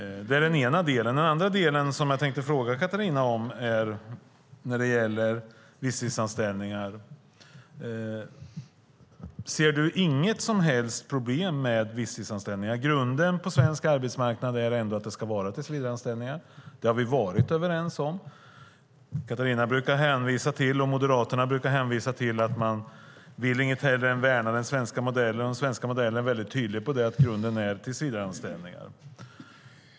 Det är det ena. Det andra som jag tänkte fråga Katarina om när det gäller visstidsanställningar är: Ser du inget som helst problem med visstidsanställningar? Grunden på svensk arbetsmarknad är att det ska vara tillsvidareanställningar. Det har vi varit överens om. Katarina och Moderaterna brukar hänvisa till att de inget hellre vill än värna den svenska modellen. Den svenska modellen är väldig tydlig: Grunden är tillsvidareanställningar.